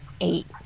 eight